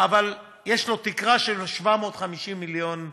אבל יש לו תקרה של 750 מיליון שקל,